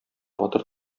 батыр